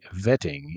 vetting